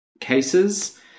cases